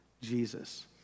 Jesus